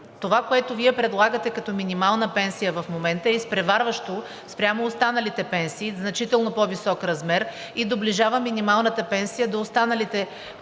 Това, което Вие предлагате като минимална пенсия в момента, е изпреварващо спрямо останалите пенсии в значително по-висок размер и доближава минималната пенсия до останалите пенсии,